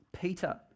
Peter